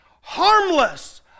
harmless